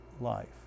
life